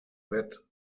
that